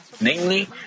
namely